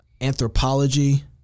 anthropology